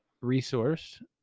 resource